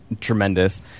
tremendous